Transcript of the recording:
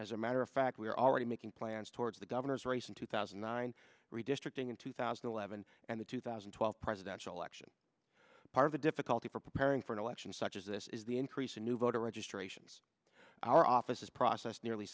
as a matter of fact we are already making plans towards the governor's race in two thousand and nine redistricting in two thousand and eleven and the two thousand and twelve presidential election part of the difficulty preparing for an election such as this is the increase of new voter registrations our offices process nearly